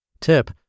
Tip